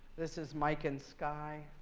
this is mike and sky.